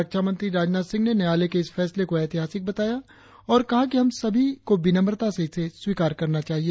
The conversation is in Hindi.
रक्षामंत्री राजनाथ सिंह ने न्यायालय के इस फैसले को ऐतिहासिक बताया और कहा कि हम सभी को विनम्रता से इसे स्वीकार करना चाहिए